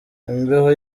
imbeho